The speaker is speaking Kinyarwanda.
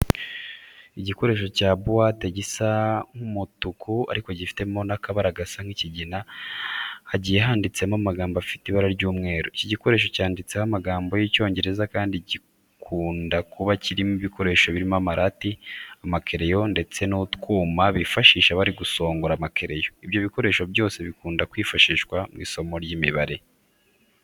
Igikoresho cya buwate gisa nk'umutuku ariko gifitemo n'akabara gasa nk'ikigina, hagiye handitsemo amagambo afite ibara ry'umweru. Iki gikoresho cyanditseho amagambo y'Icyongereza kandi gikunda kuba kirimo ibikoresho birimo amarati, amakereyo ndetse n'utwuma bifashisha bari gusongora amakereyo. Ibyo bikoresho byose bikunda kwifashishwa mu isomo ry'imibare.